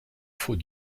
faux